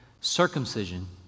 circumcision